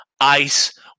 ice